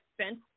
spent